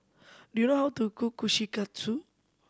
do you know how to cook Kushikatsu